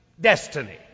destiny